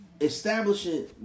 establishing